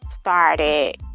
started